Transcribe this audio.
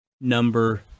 number